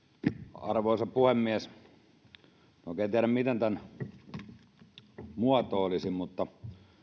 arvoisa puhemies en oikein tiedä miten tämän muotoilisi mutta